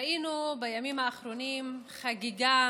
ראינו בימים האחרונים חגיגה